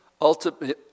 ultimately